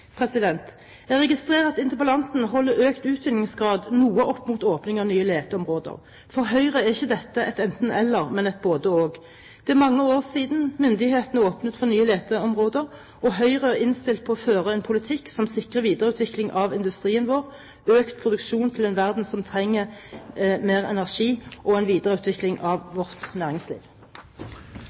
Jeg registrerer at interpellanten holder økt utvinningsgrad noe opp mot åpning av nye leteområder. For Høyre er ikke dette et enten–eller, men et både–og. Det er mange år siden myndighetene åpnet for nye leteområder, og Høyre er innstilt på å føre en politikk som sikrer videreutvikling av industrien vår, økt produksjon til en verden som trenger mer energi, og en videreutvikling av vårt næringsliv.